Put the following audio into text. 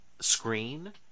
screen